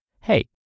Hey